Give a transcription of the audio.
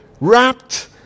wrapped